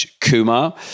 Kumar